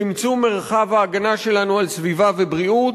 צמצום מרחב ההגנה שלנו על סביבה ובריאות.